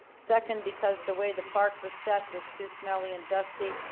second because the way the park was set was too smally and dusty,